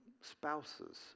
spouses